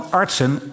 artsen